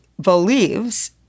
believes